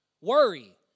worry